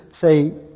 say